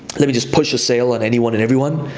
let me just push a sale on anyone and everyone,